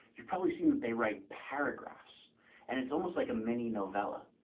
you've probably seen that they write paragraphs and it's almost like a mini novella.